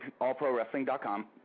allprowrestling.com